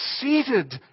Seated